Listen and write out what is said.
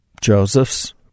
Joseph's